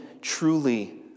truly